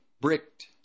bricked